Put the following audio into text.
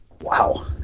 Wow